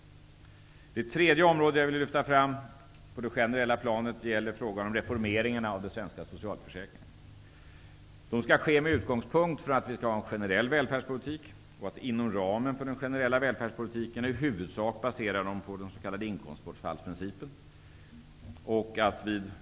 Ytterligare ett område som jag vill lyfta fram på det generella planet gäller frågan om reformeringen av den svenska socialförsäkringen. Det skall ske med utgångspunkt för att vi skall ha en generell välfärdspolitik. Inom ramen för den generella välfärdspolitiken skall det i huvudsak baseras på den s.k. inkomstbortfallsprincipen.